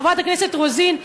חברת הכנסת רוזין,